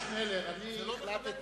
זה לא מכבד את